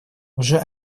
уже